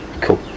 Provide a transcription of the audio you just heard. Cool